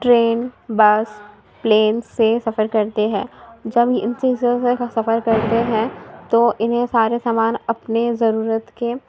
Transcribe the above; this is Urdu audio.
ٹرین بس پلین سے سفر کرتے ہیں جب ان چیزوں سے سفر کرتے ہیں تو انہیں سارے سامان اپنے ضرورت کے